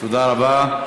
תודה רבה.